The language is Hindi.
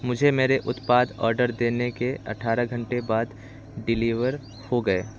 मुझे मेरे उत्पाद आर्डर देने के अठारह घंटों के बाद डिलीवर हो गए